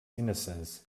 innocence